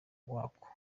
wako